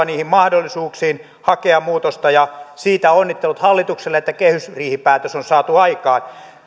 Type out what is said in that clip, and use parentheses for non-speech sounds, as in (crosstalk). (unintelligible) niihin mahdollisuuksiin hakea muutosta siitä onnittelut hallitukselle että kehysriihipäätös on saatu aikaan